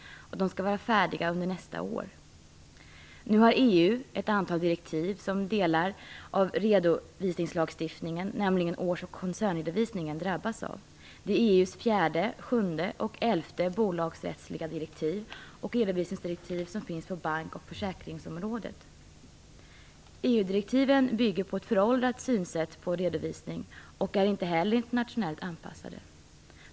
Den skall vara färdig under nästa år. Nu har EU ett antal direktiv som drabbar delar av redovisningslagstiftningen, nämligen års och koncernredovisningen. Det är EU:s fjärde, sjunde och elfte bolagsrättsliga direktiv och redovisningsdirektiv som finns på bank och försäkringsområdet. EU direktiven bygger på ett föråldrat synsätt på redovisning och är inte heller internationellt anpassade.